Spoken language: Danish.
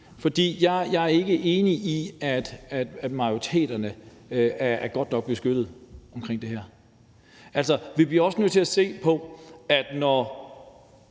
for jeg er ikke enig i, at majoriteterne er godt nok beskyttet i det her. Altså, vi bliver også nødt til at se på, om det,